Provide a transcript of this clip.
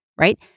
right